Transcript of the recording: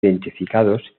identificados